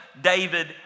David